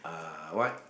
uh what